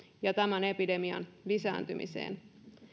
ja tämän epidemian lisääntymiseen